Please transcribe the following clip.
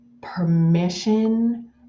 permission